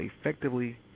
effectively